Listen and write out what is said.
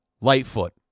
Lightfoot